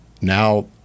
now